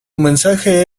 mensaje